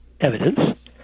evidence